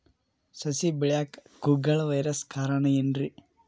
ಸಸಿ ಬೆಳೆಯಾಕ ಕುಗ್ಗಳ ವೈರಸ್ ಕಾರಣ ಏನ್ರಿ?